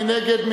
מי נגד?